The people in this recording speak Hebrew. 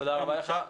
תודה רבה לך.